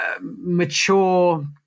mature